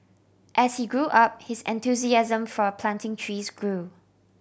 as he grew up his enthusiasm for a planting trees grew